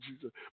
Jesus